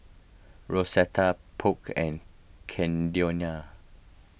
Rosetta Polk and Caldonia